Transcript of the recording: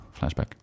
flashback